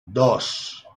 dos